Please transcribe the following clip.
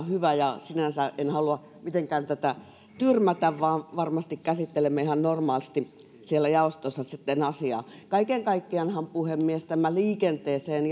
hyvä ja sinänsä en halua mitenkään tätä tyrmätä vaan varmasti käsittelemme ihan normaalisti siellä jaostossa sitten asiaa kaiken kaikkiaanhan puhemies tämä liikenteeseen